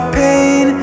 pain